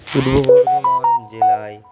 পূর্ব বর্ধমান জেলায়